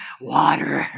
water